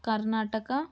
Karnataka